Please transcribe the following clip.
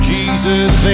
Jesus